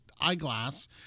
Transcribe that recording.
eyeglass